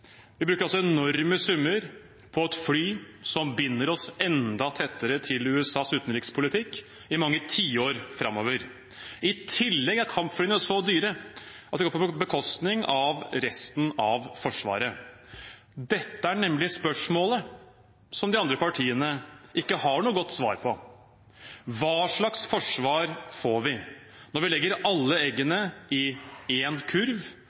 Vi bruker enorme summer på et fly som binder oss enda tettere til USAs utenrikspolitikk i mange tiår framover. I tillegg er kampflyene så dyre at det går på bekostning av resten av Forsvaret. Dette er nemlig spørsmålet som de andre partiene ikke har noe godt svar på: Hva slags forsvar får vi når vi legger alle eggene i én kurv,